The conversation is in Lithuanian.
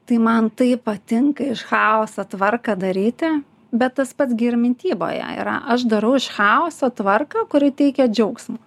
tai man taip patinka iš chaoso tvarką daryti bet tas pats gi ir mityboje yra aš darau iš chaoso tvarką kuri teikia džiaugsmą